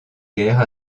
guerre